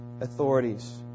authorities